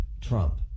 Trump